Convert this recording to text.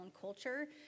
culture